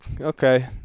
okay